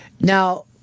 Now